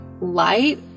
light